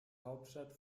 hauptstadt